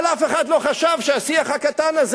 אבל אף אחד לא חושב שהשיח הקטן הזה